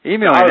Email